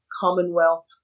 Commonwealth